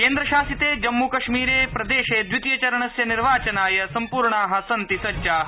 केन्द्रशासिते जम्मूकश्मीरे प्रदेशे द्वितीय र्णा निर्वाचनाय सम्पूचरणस्य सन्ति सज्जा